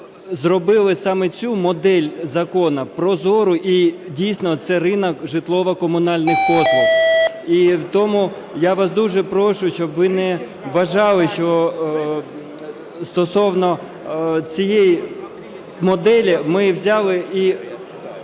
зробили саме цю модель закону прозору. І дійсно, це ринок житлово-комунальних послуг. І тому я вас дуже прошу, щоб ви не вважали, що стосовно цієї моделі ми взяли і…